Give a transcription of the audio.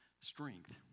strength